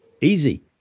Easy